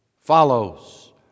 follows